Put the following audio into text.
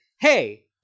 hey